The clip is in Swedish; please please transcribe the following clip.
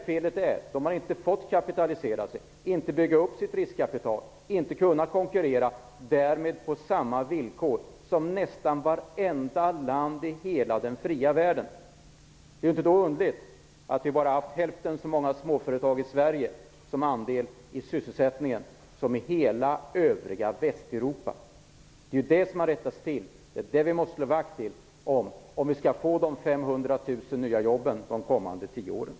Felet är att de inte har fått kapitalisera sig och bygga upp sitt riskkapital. De har därmed inte kunnat konkurrera på samma villkor som nästan varenda land i hela den fria världen. Därför är det inte underligt att andelen sysselsatta i småföretag i Sverige bara har varit hälften så stor som i hela övriga Västeuropa. Det är ju detta som har rättats till. Det är detta vi måste slå vakt om, om vi skall få de 500 000 nya jobben under de kommande tio åren.